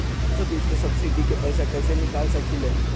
सरसों बीज के सब्सिडी के पैसा कईसे निकाल सकीले?